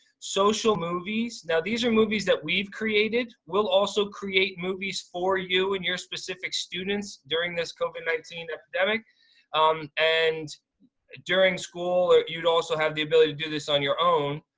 social movies. now these are movies that we've created. we'll also create movies for you and your specific students during this covid nineteen epidemic and during school you'd also have the ability to do this on your own.